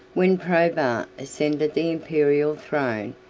when probus ascended the imperial throne,